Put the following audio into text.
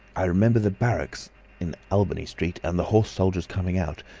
i remember the barracks in albany street, and the horse soldiers coming out,